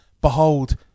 Behold